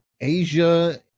Asia